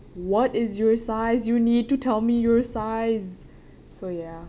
what is your size you need to tell me your size so ya